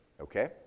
okay